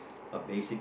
a basic